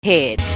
Head